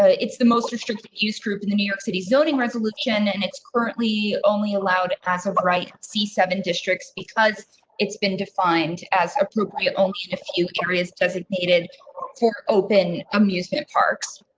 ah it's the most restrictive use group in the new york city zoning resolution, and it's currently only allowed as of right. c seven districts because it's been defined as appropriate only a few areas designated for open amusement parks.